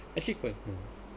actually